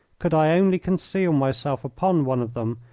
could i only conceal myself upon one of them,